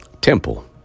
temple